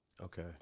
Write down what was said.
Okay